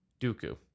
dooku